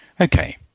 Okay